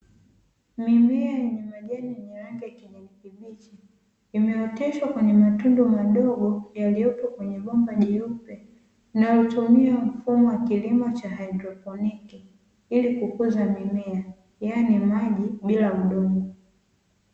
Mimea yenye majani ya rangi ya kijani kibichi imeoteshwa kwenye matundu madogo yaliyopo kwenye bomba jeupe na hutumiwa kwa kilimo cha haidrokoniki ili kukuza mimea, yaani maji bila udongo.